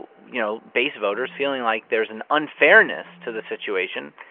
you know, base voters feeling like there's an unfairness to the situation.